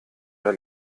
der